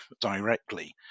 directly